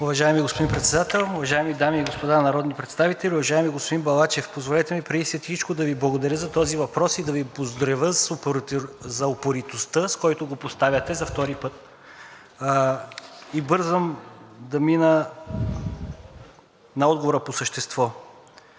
Уважаеми господин Председател, уважаеми дами и господа народни представители! Уважаеми господин Балачев, позволете ми преди всичко да Ви благодаря за този въпрос и да Ви поздравя за упоритостта, с която го поставяте за втори път. Бързам да мина на отговора по същество.